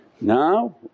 now